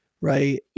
right